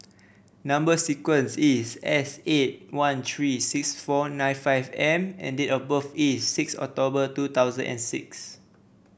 number sequence is S eight one three six four nine five M and date of birth is six October two thousand and six